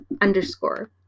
underscore